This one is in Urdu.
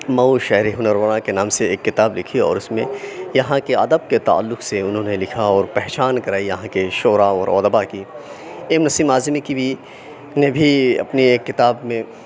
مئو شہرِ ہُنر ورا کے نام سے ایک کتاب لکھی اور اُس میں یہاں کے ادب کے تعلق سے اُنہوں نے لکھا اور پہچان کرائی یہاں کے شعراء اور ادب کی ایم نسیم اعظمی کی بھی اُنہیں بھی اپنی ایک کتاب میں